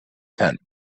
tent